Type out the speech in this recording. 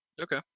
Okay